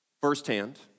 firsthand